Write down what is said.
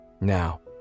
Now